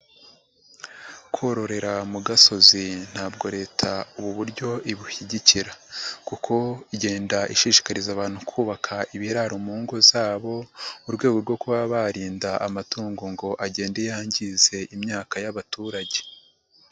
Kororera mu gasozi ntabwo Leta ubu buryo ibushyigikira kuko igenda ishishikariza abantu kubaka ibiraro mu ngo zabo, mu rwego rwo kuba barinda amatungo ngo agende yangize imyaka y'abaturage.